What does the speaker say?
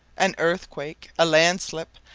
an earthquake, a landslip,